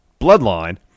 bloodline